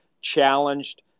challenged